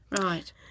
right